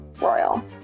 Royal